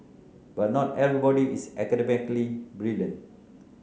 but not everybody is academically brilliant